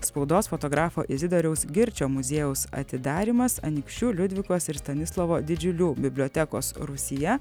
spaudos fotografo izidoriaus girčio muziejaus atidarymas anykščių liudvikos ir stanislovo didžiulių bibliotekos rūsyje